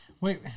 Wait